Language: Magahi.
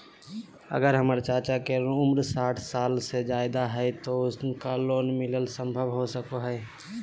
अगर हमर चाचा के उम्र साठ साल से जादे हइ तो उनका लोन मिलना संभव हो सको हइ?